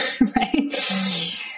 right